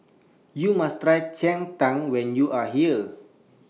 YOU must Try Cheng Tng when YOU Are here